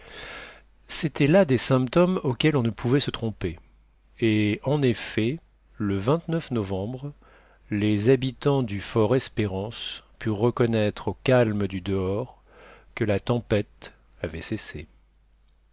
c'étaient là des symptômes auxquels on ne pouvait se tromper et en effet le novembre les habitants du fortespérance purent reconnaître au calme du dehors que la tempête avait cessé